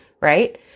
right